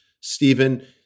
Stephen